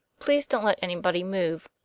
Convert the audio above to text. please don't let anybody move.